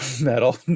metal